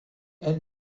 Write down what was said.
elle